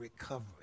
recovery